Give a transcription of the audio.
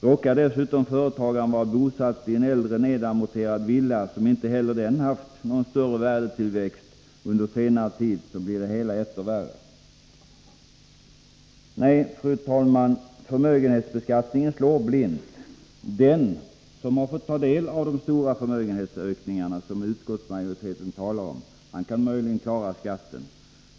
Råkar dessutom företagaren vara bosatt i en äldre nedamorterad villa, som inte heller den haft någon större värdetillväxt under senare tid, blir det hela etter värre. Nej, fru talman, förmögenhetsbetskattningen slår blint. Den som fått ta del av de stora förmögenhetsökningar som utskottsmajoriteten talar om kan möjligen klara skatten.